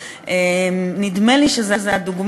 או היום יעלה לדיון,